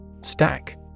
Stack